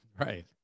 right